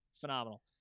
phenomenal